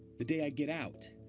the day i get out.